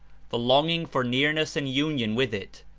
the longing for nearness and union with it,